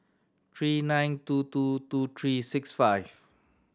three nine two two two three six five